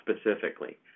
specifically